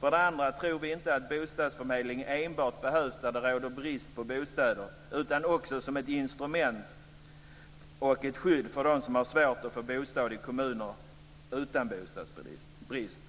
För det andra tror vi inte att bostadsförmedling enbart behövs där det råder brist på bostäder, utan också som ett instrument och ett skydd för dem som har svårt att få bostad i kommuner utan bostadsbrist.